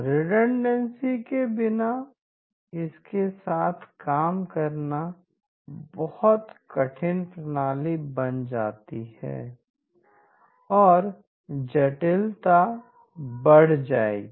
redundancy के बिना इसके साथ काम करना बहुत कठिन प्रणाली बन जाती है और जटिलता बढ़ जाएगी